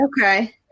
okay